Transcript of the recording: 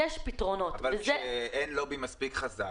יש פתרונות אבל כשאין לובי מספיק חזק,